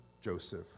Joseph